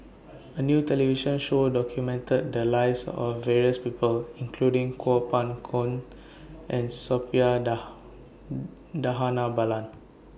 A New television Show documented The Lives of various People including Kuo Pao Kun and Suppiah Dhanabalan